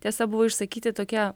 tiesa buvo išsakyti tokie